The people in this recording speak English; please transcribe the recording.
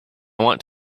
want